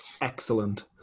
excellent